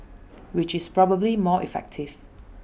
which is probably more effective